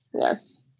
yes